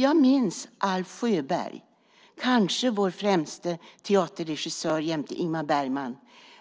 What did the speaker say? Jag minns Alf Sjöberg, vår kanske främste teaterregissör jämte Ingmar Bergman,